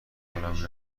کنم